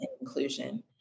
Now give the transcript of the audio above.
inclusion